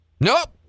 Nope